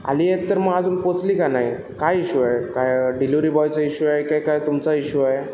आली आहेत तर मग अजून पोचली का नाही काय इशू आहे काय डिलीवरी बॉयचा इशू आहे की काय तुमचा इशू आहे